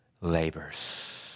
labors